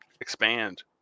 expand